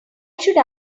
should